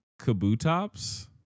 Kabutops